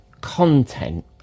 content